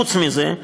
חוץ מזה,